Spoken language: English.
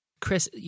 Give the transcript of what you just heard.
Chris